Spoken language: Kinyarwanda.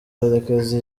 berekeza